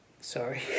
Sorry